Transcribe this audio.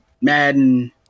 Madden